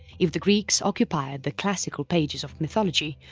if the greeks occupied the classical pages of mythology,